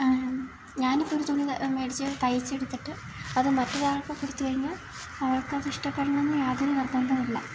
ഞാനിപ്പം ഒരു തുണി മേടിച്ച് തയിച്ച് എടുത്തിട്ട് അത് മറ്റൊരാൾക്ക് കൊടുത്ത് കഴിഞ്ഞ് അവർക്കത് ഇഷ്ടപ്പെടണമെന്ന് യാതൊരു നിർബന്ധവുമില്ല